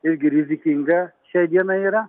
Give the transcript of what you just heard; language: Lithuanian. irgi rizikinga šiai dienai yra